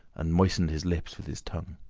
and moistened his lips with his tongue.